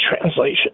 translation